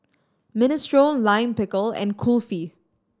Minestrone Lime Pickle and Kulfi